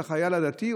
את החייל הדתי,